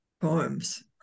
poems